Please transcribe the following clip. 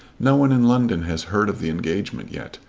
no one in london has heard of the engagement yet.